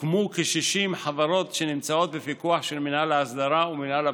הוקמו כ-60 חברות שנמצאות בפיקוח של מינהל ההסדרה ומינהל הבטיחות.